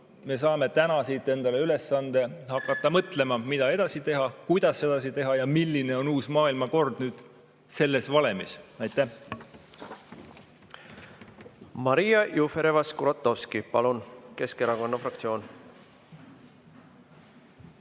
me saame täna siit endale ülesande hakata mõtlema, mida edasi teha, kuidas edasi teha ja milline on uus maailmakord selles valemis. Aitäh!